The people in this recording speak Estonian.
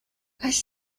kas